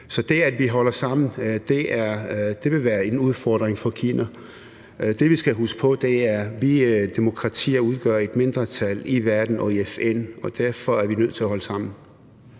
Så det, at vi holder sammen, vil være en udfordring for Kina. Det, vi skal huske på, er, at vi demokratier udgør et mindretal i verden og i FN, og derfor er vi nødt til at holde sammen.